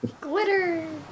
Glitter